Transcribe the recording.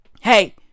Hey